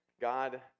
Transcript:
God